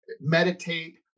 meditate